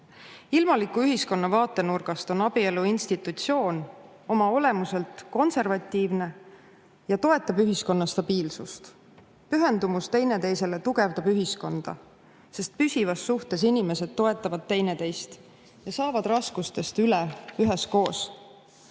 enamus. Ilmaliku ühiskonna vaatenurgast on abielu institutsioon oma olemuselt konservatiivne ja toetab ühiskonna stabiilsust. Pühendumus teineteisele tugevdab ühiskonda, sest püsivas suhtes inimesed toetavad teineteist ja saavad raskustest üle üheskoos.